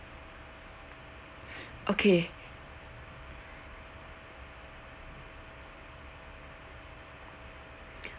okay